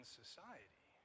society